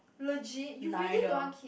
legit you really don't want keep